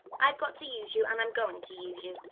i've got to use you and i'm going to use you,